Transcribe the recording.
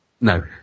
no